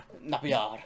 Napier